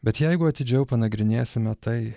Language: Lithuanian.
bet jeigu atidžiau panagrinėsime tai